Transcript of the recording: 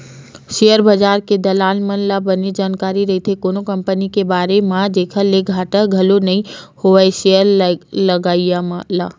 share बजार के दलाल मन ल बने जानकारी रहिथे कोनो कंपनी के बारे म जेखर ले घाटा घलो नइ होवय सेयर लगइया ल